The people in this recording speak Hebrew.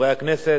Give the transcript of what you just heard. אדוני היושב-ראש,